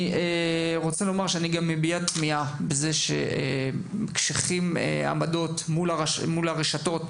אני רוצה לומר שאני מביע תמיהה לגבי זה שמקשיחים עמדות מול הרשתות.